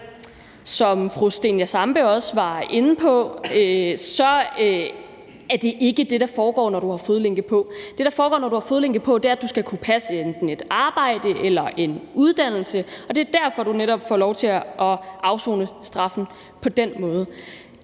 Som fru Zenia Stampe også var inde på, er det ikke det, der foregår, når du har fodlænke på. Det, der foregår, når du har fodlænke på, er, at du skal kunne passe enten et arbejde eller en uddannelse, og det er netop derfor, du får lov til at afsone straffen på den måde.